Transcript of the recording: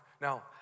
Now